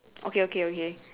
okay okay okay